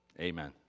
Amen